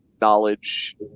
knowledge